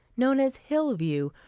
known as hillview,